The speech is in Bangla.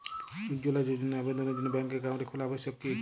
উজ্জ্বলা যোজনার আবেদনের জন্য ব্যাঙ্কে অ্যাকাউন্ট খোলা আবশ্যক কি?